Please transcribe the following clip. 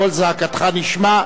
קול זעקתך נשמע.